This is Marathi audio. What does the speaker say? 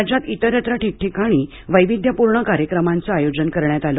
राज्यात इतरत्रही ठिकठिकाणी वैविध्यपूर्ण कार्यक्रमाचे आयोजन करण्यात आले